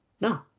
no